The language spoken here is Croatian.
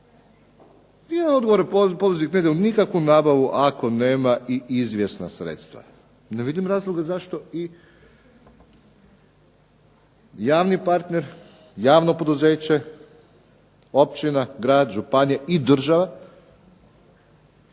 se ne razumije./… nikakvu nabavu ako nema i izvjesna sredstva. Ne vidim razloga zašto i javni partner, javno poduzeće, općina, grad, županija i država